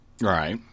Right